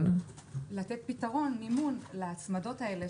לתת פתרון מימון להצמדות האלה.